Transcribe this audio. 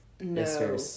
No